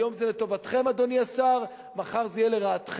היום זה לטובתכם, אדוני השר, מחר זה יהיה לרעתכם.